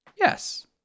Yes